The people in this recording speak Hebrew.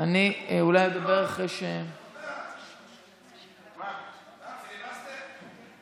אני אולי אדבר אחרי, מה, פיליבסטר?